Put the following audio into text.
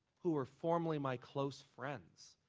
who are formerly my close friends,